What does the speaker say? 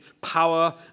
power